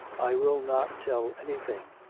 i will not tell anything.